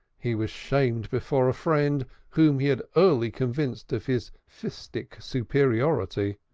he was shamed before a friend whom he had early convinced of his fistic superiority.